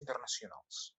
internacionals